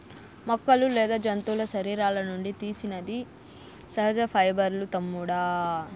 మొక్కలు లేదా జంతువుల శరీరాల నుండి తీసినది సహజ పైబర్లూ తమ్ముడూ